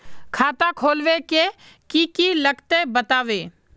खाता खोलवे के की की लगते बतावे?